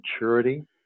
maturity